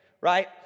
Right